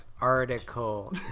article